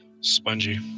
Spongy